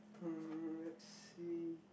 mm let's see